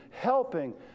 helping